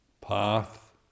path